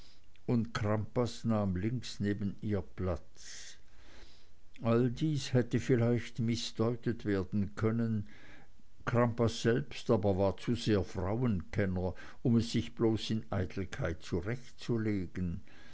und crampas nahm links neben ihr platz all dies hätte vielleicht mißdeutet werden können crampas selbst aber war zu sehr frauenkenner um es sich bloß in eitelkeit zurechtzulegen